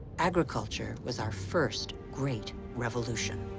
agriculture was our first great revolution.